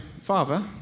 Father